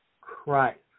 Christ